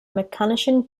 mechanischen